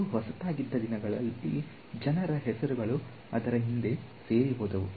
ಇದು ಹೊಸತಾಗಿದ್ದ ದಿನದಲ್ಲಿ ಜನರ ಹೆಸರುಗಳು ಅದರ ಹಿಂದೆ ಸೇರಿ ಹೋದವು